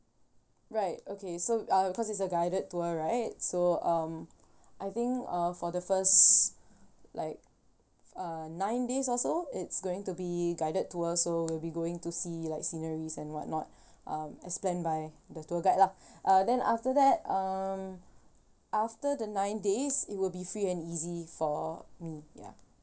right okay so uh cause it's a guided tour right so um I think uh for the first like uh nine days or so it's going to be guided tour so we'll be going to see like sceneries and what not uh as planned by the tour guide lah uh then after that um after the nine days it will be free and easy for me ya